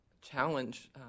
challenge